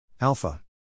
Alpha